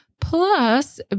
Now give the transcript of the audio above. plus